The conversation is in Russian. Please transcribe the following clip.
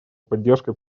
поддержкой